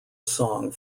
song